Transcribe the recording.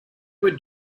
were